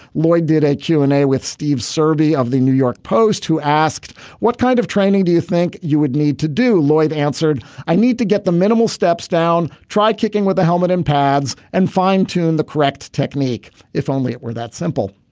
lloyd did a q and a with steve sabi of the new york post who asked what kind of training do you think you would need to do. lloyd answered i need to get the minimal steps down try kicking with the helmet and pads and fine tune the correct technique if only it were that simple.